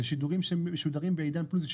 אלה שידורים שמשודרים בעידן פלוס.